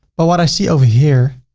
but what i see over here,